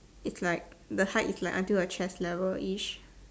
it's like the height is like until her chess liverish